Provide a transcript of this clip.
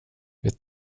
vet